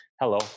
Hello